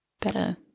better